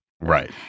Right